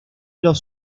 los